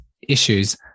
issues